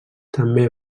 també